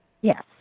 Yes